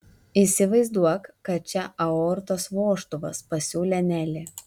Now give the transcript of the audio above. įsivaizduok kad čia aortos vožtuvas pasiūlė nelė